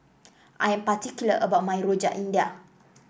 I am particular about my Rojak India